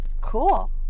Cool